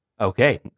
Okay